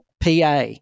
PA